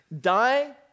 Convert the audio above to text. die